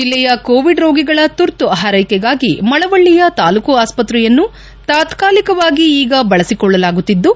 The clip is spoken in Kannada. ಜಿಲ್ಲೆಯ ಕೋವಿಡ್ ರೋಗಿಗಳ ತುರ್ತು ಹಾರೈಕೆಗಾಗಿ ಮಳವಳ್ಳಯ ತಾಲ್ಲೂಕು ಆಸ್ಪತ್ತೆಯನ್ನು ತಾತ್ಕಾಲಿಕವಾಗಿ ಈಗ ಬಳಸಿಕೊಳ್ಳಲಾಗುತ್ತಿದ್ದು